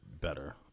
better